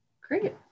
great